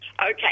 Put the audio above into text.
Okay